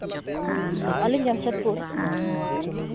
ᱟᱹᱞᱤᱧ ᱡᱟᱢᱥᱮᱫᱽᱯᱩᱨ